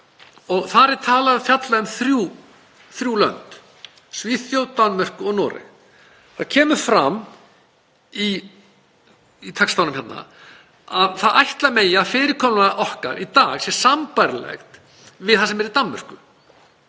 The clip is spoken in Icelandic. Þar er fjallað um þrjú lönd, Svíþjóð, Danmörku og Noreg. Það kemur fram í textanum hérna að ætla megi að fyrirkomulag okkar í dag sé sambærilegt við það sem er í Danmörku.